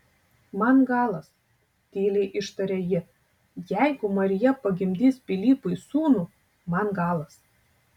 man galas tyliai ištarė ji jeigu marija pagimdys pilypui sūnų man galas